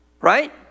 Right